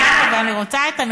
אני אחכה יותר